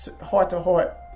heart-to-heart